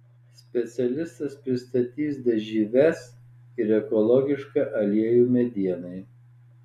specialistas pristatys dažyves ir ekologišką aliejų medienai